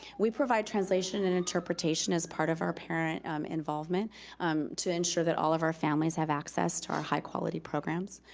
we provide translation and interpretation as part of out parent um involvement um to ensure that all of our families have access to our high-quality programs.